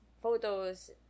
photos